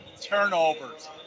turnovers